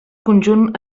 conjunt